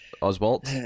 Oswald